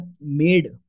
made